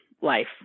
life